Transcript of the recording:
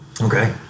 okay